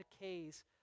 decays